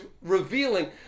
revealing